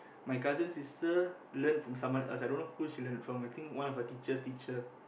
my cousin sister learn from someone else I don't know who she learn from I think one of her teacher teach her